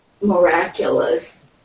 miraculous